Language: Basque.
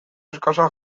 eskasak